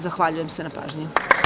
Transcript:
Zahvaljujem se na pažnji.